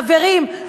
חברים,